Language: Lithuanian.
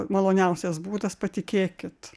maloniausias būdas patikėkit